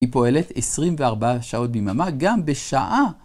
היא פועלת 24 שעות ביממה, גם בשעה.